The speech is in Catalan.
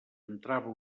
entrava